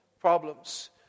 problems